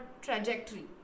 trajectory